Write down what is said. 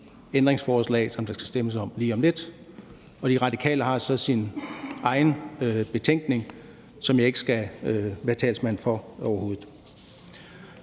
ændringsforslag, som der skal stemmes om lige om lidt. Og De Radikale har så deres egen betænkning, som jeg ikke skal være talsmand for overhovedet.